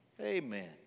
amen